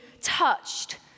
touched